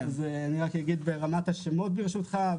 אז אני רק אגיד ברמת השמות ברשותך.